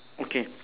okay